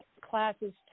classes